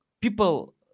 people